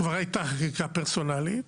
כבר הייתה חקיקה פרסונלית.